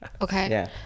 Okay